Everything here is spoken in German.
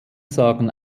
sagen